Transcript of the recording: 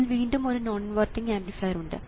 ഇതിൽ വീണ്ടും ഒരു നോൺ ഇൻവെർട്ടിംഗ് ആംപ്ലിഫയർ ഉണ്ട്